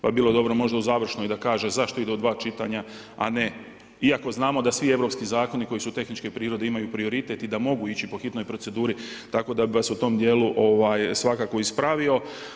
Pa bi bilo dobro možda u završnoj da kaže zašto ide u dva čitanja a ne, iako znamo da svi europski zakoni koji su tehničke prirode imaju prioritet i da mogu ići po hitnoj proceduri, tako da bih vas u tom dijelu svakako ispravio.